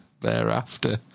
thereafter